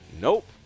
Nope